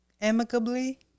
amicably